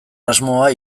asmoa